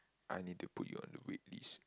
I need to put you on the waitlist